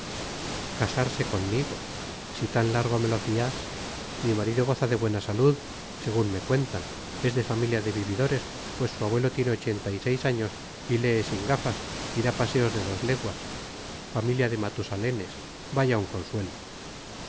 casarse conmigo si tan largo me lo fías mi marido goza de buena salud según me cuentan es de familia de vividores pues su abuelo tiene ochenta y seis años y lee sin gafas y da paseos de dos leguas familia de matusalenes vaya un consuelo